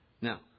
Now